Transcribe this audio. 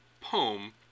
poem